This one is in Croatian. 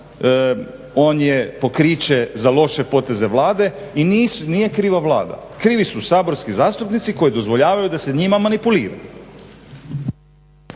on je pokriće za loše poteze Vlade. I nije kriva Vlada, krivi su saborski zastupnici koji dozvoljavaju da se njima manipulira.